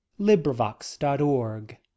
LibriVox.org